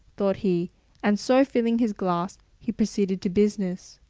thought he and so filling his glass he proceeded to business.